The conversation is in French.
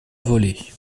voler